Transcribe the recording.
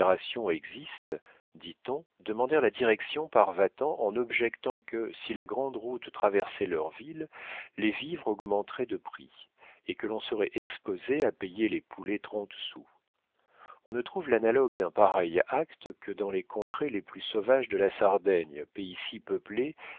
dit-on demandèrent la direction par vatan en objectant que si la grande route traversait leur ville les vivres augmenteraient de prix et que l'on serait exposé à payer les poulets trente sous on ne trouve l'analogue d'un pareil acte que dans les contrées les plus sauvages de la sardaigne pays si peuplé